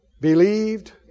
Believed